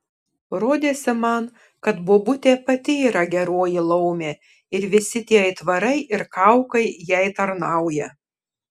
rodėsi man kad bobutė pati yra geroji laumė ir visi tie aitvarai ir kaukai jai tarnauja